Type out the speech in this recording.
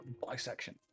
bisection